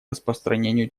распространению